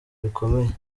bikomeye